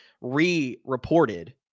re-reported